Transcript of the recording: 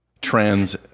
trans